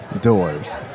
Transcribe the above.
doors